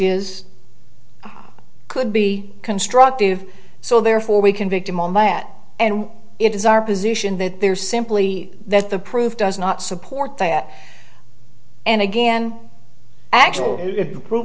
is could be constructive so therefore we convict him on my at and it is our position that there simply that the proof does not support that and again actual pro